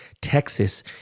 Texas